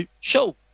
show